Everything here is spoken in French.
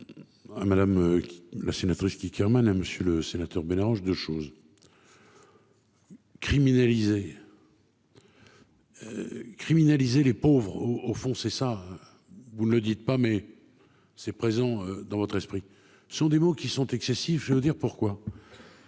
À Madame. La sénatrice qui. Monsieur le Sénateur, mélange de choses. Criminalisé. Criminaliser les pauvres au au fond c'est ça. Vous ne le dites pas mais c'est présent dans votre esprit. Ce sont des mots qui sont excessifs je veux dire pourquoi.